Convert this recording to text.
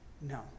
No